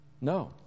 No